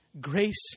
grace